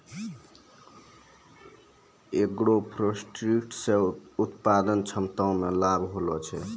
agroforestry से उत्पादन क्षमता मे लाभ होलो छै